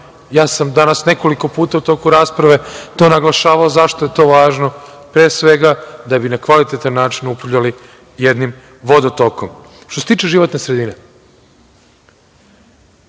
Ja sam danas nekoliko puta u toku rasprave naglašavao zašto je to važno, pre svega da bi na kvalitetan način upravljali jednim vodotokom. Što se tiče životne sredine,